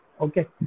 Okay